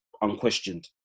unquestioned